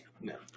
No